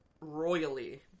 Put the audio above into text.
royally